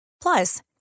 Plus